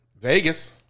Vegas